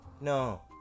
No